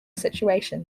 situation